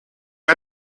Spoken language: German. hat